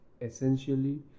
Essentially